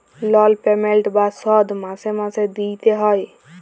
লল পেমেল্ট বা শধ মাসে মাসে দিইতে হ্যয়